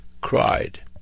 Cried